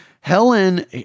Helen